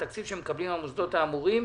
התקציב שמקבלים המוסדות האמורים,